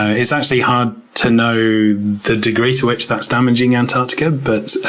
it's actually hard to know the degree to which that's damaging antarctica, but